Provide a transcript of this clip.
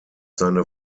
seine